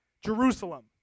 Jerusalem